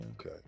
Okay